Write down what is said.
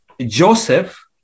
Joseph